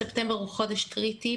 ספטמבר הוא חודש קריטי,